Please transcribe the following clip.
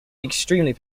extremely